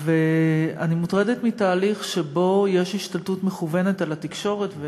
אני מוטרדת מתהליך שבו יש השתלטות מכוונת על התקשורת.